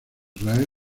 israel